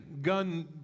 gun